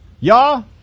Y'all